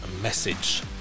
message